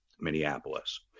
Minneapolis